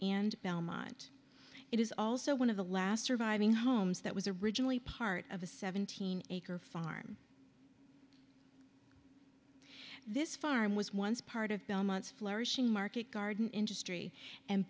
and belmont it is also one of the last surviving homes that was originally part of a seventeen acre farm this farm was once part of belmont's flourishing market garden industry and